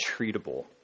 treatable